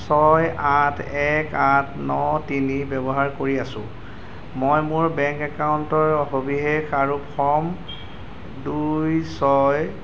ছয় আঠ এক আঠ ন তিনি ব্যৱহাৰ কৰি আছোঁ মই মোৰ বেংক একাউণ্টৰ সবিশেষ আৰু ফৰ্ম দুই ছয়